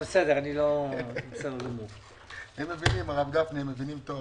הם מבינים טוב.